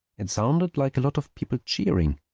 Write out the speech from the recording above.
it sounded like a lot of people cheering.